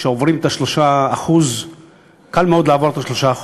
כשעוברים את ה-3% קל מאוד לעבור את ה-3%,